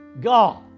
God